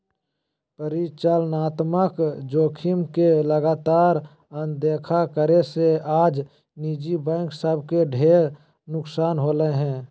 परिचालनात्मक जोखिम के लगातार अनदेखा करे से आज निजी बैंक सब के ढेर नुकसान होलय हें